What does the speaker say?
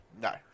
No